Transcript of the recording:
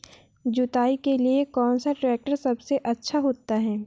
जुताई के लिए कौन सा ट्रैक्टर सबसे अच्छा होता है?